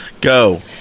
Go